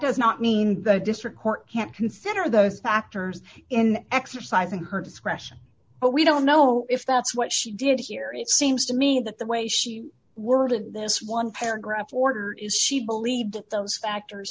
does not mean the district court can't consider those factors in exercising her discretion but we don't know if that's what she did here it seems to me that the way she worded this one paragraph order is she believed that those factors